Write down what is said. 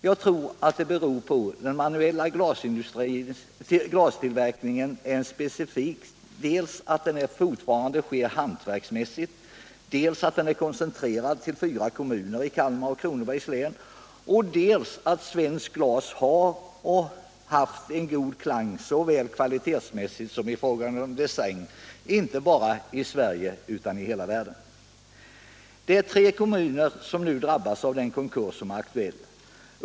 Jag tror alt det beror på att den svenska glastillverkningen är specifik. Den sker fortfarande hantverksmässigt, den är koncentrerad till fyra kommuner i Kalmar och Kronobergs län och dessutom har svenskt glas ett gott rykte såväl kvalitetsmässigt som i fråga om design inte bara i Sverige utan över hela världen. Det är tre kommuner som nu drabbas av den konkurs som är aktuell.